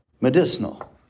Medicinal